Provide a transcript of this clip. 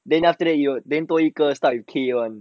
then after that 有多一个 start with K one